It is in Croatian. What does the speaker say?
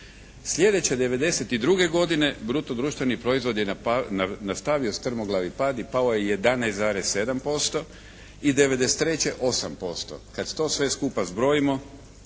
Sljedeće 92. godine bruto društveni proizvod je nastavio strmoglavi pad i pao je 11,7% i 93. 8%. Kada to sve skupa zbrojimo